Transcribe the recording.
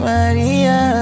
Maria